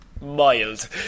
Mild